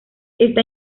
está